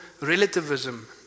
relativism